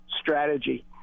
strategy